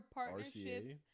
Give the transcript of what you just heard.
partnerships